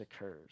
occurs